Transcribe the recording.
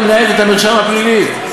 המנהלת את המרשם הפלילי.